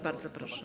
Bardzo proszę.